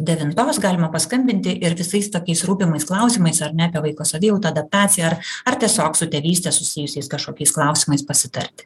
devintos galima paskambinti ir visais tokiais rūpimais klausimais ar ne apie vaiko savijautą adaptaciją ar ar tiesiog su tėvyste susijusiais kažkokiais klausimais pasitarti